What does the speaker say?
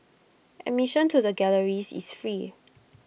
admission to the galleries is free